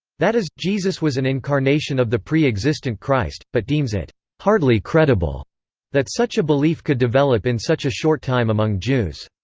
that is, jesus was an incarnation of the pre-existent christ, but deems it hardly credible that such a belief could develop in such a short time among jews.